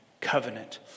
covenant